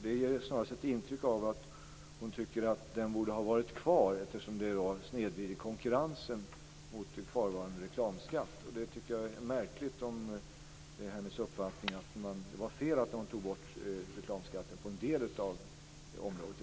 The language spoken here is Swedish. Det ger snarast ett intryck av att hon tycker att denna skatt borde ha varit kvar, eftersom kvarvarande reklamskatt snedvrider konkurrensen. Jag tycker att det är märkligt om hennes uppfattning är att det var fel att man tog bort reklamskatten på en del av området.